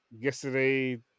yesterday